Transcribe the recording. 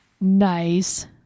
Nice